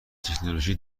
تکنولوژی